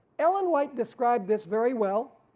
ellen white described this very well,